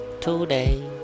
today